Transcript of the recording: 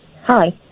Hi